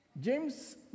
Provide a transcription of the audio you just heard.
James